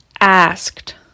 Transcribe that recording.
asked